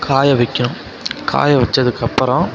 காய வைக்கணும் காய வெச்சதுக்கு அப்புறம்